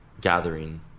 gathering